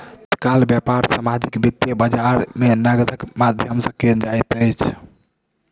तत्काल व्यापार सामाजिक वित्तीय बजार में नकदक माध्यम सॅ कयल जाइत अछि